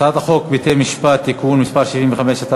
הצעת חוק בתי-המשפט (תיקון מס' 75),